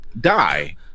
die